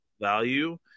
value –